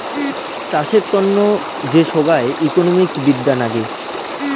চাষের তন্ন যে সোগায় ইকোনোমিক্স বিদ্যা নাগে